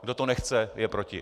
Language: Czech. Kdo to nechce, je proti.